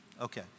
Okay